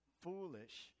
foolish